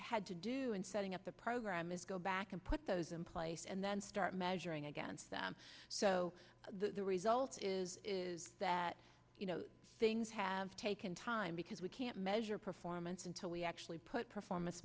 had to do in setting up the program is go back and put those in place and then start measuring against them so the result is is that you know things have taken time we can't measure performance until we actually put performance